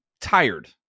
tired